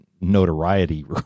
notoriety